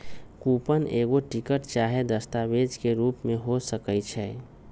coupon एगो ticket चाहे दस्तावेज के रूप में हो सकइ छै